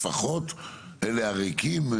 לפחות המכלים הריקים.